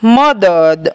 મદદ